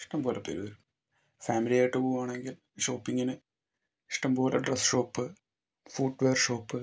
ഇഷ്ടംപോലെ പേർ വരും ഫാമിലിയായിട്ട് പോവുകയാണെങ്കിൽ ഷോപ്പിങ്ങിന് ഇഷ്ടം പോലെ dress shop footwear shop